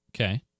Okay